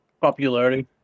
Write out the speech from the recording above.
Popularity